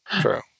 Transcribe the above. true